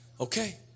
Okay